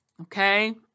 Okay